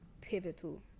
pivotal